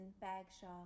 Bagshaw